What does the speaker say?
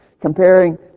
comparing